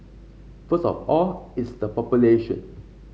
first of all it's the population